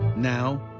now,